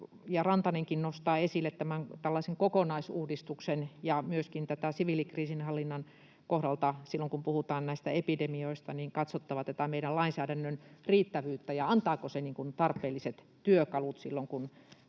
Rantanenkin, nostaa esille tällaisen kokonaisuudistuksen. Myöskin siviilikriisinhallinnan kohdalta, silloin kun puhutaan näistä epidemioista, on katsottava tätä meidän lainsäädännön riittävyyttä ja sitä, antaako se tarpeelliset työkalut silloin, kun